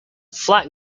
flat